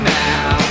now